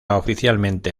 oficialmente